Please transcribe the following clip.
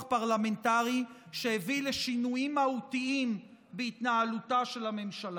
פרלמנטרי שהביא לשינויים מהותיים בהתנהלותה של הממשלה.